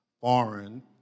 foreign